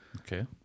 Okay